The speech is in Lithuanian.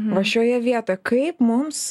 va šioje vietoje kaip mums